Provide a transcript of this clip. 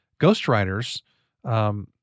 ghostwriters